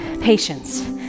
Patience